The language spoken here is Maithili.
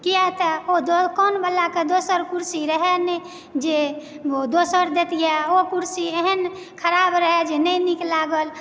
किया तऽ ओ दोकान बला के दोसर कुर्सी रहै नहि जे दोसर दैतियै ओ कुर्सी एहन खराब रहै जे नहि नीक लागल